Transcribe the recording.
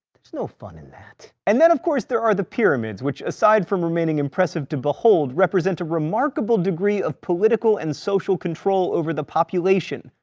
there's no fun it and that. and then of course there are the pyramids, which aside from remaining impressive to behold represent a remarkable degree of political and social control over the population,